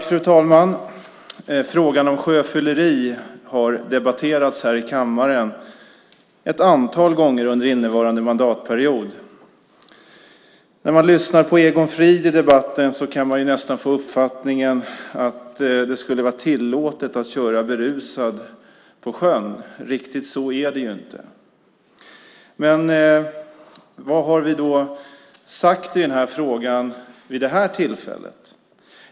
Fru talman! Frågan om sjöfylleri har debatterats i kammaren ett antal gånger under innevarande mandatperiod. När man lyssnar på Egon Frid kan man nästan få uppfattningen att det skulle vara tillåtet att köra berusad på sjön. Riktigt så är det inte. Vad har vi då sagt i denna fråga vid detta tillfälle?